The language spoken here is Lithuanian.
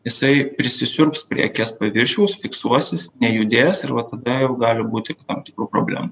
jisai prisisiurbs prie akies paviršiaus fiksuosis nejudės ir va tada jau gali būti tam tikrų problemų